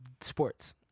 sports